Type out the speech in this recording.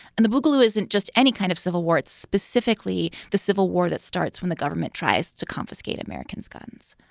and the boogaloo isn't just any kind of civil war. it's specifically the civil war that starts when the government tries to confiscate americans guns